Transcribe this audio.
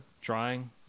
trying